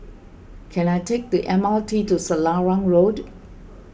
can I take the M R T to Selarang Road